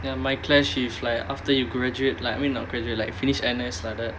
ya might clash with like after you graduate like I mean not graduate like finish N_S like that